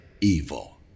evil